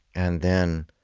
and then